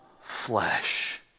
flesh